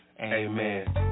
Amen